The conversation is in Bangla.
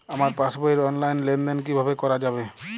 আমার পাসবই র অনলাইন লেনদেন কিভাবে করা যাবে?